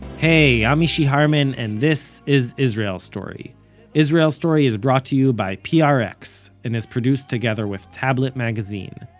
hey, i'm mishy harman, and this is israel story israel story is brought to you by prx, and is produced together with tablet magazine